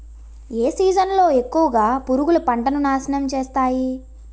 ఏ season లో ఎక్కువుగా పురుగులు పంటను నాశనం చేస్తాయి?